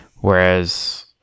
Whereas